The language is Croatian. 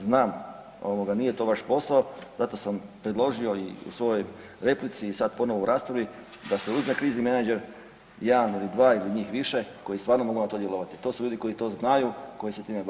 Znam, nije to vaš posao, zato sam i predložio i u svojoj replici i sad ponovno u raspravi, da se uzmi krizni menadžer, jedan ili dva ili njih više koji stvarno mogu na to djelovati, to su ljudi koji to znaju, koji se time bave.